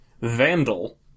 Vandal